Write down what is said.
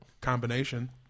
combination